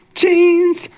jeans